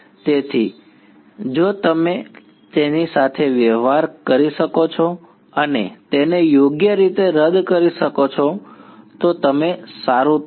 તેથી જો તમે તેની સાથે વ્યવહાર કરી શકો છો અને તેને યોગ્ય રીતે રદ કરી શકો છો તો તમે સારું થશો